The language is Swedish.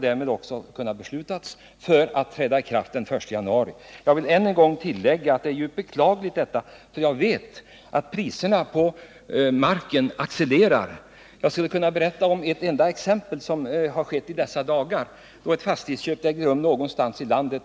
Därmed skulle beslut ha kunnat fattas så att lagen hade kunnat träda i kraft den I januari 1979. Det är beklagligt att så inte sker, för jag vet att priserna på mark accelererar. Jag skulle kunna nämna ett enda exempel på ett fastighetsköp som skett de senaste dagarna någonstans i landet.